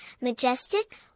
majestic